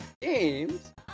games